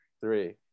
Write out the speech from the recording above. three